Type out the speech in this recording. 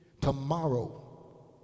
Tomorrow